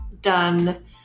done